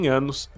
anos